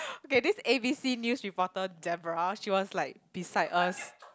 K this A_B_C news reporter Debra she was like beside us